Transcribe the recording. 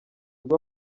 urwo